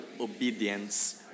obedience